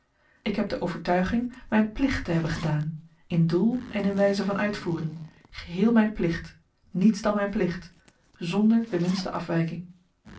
ik heb de overtuiging myn plicht te hebben gedaan in doel en in wyze van uitvoering geheel myn plicht niets dan myn plicht zonder de minste afwyking